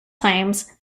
times